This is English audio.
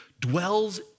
dwells